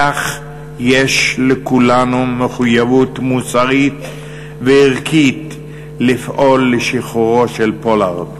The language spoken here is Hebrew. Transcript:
כך יש לכולנו מחויבות מוסרית וערכית לפעול לשחרורו של פולארד.